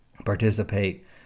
participate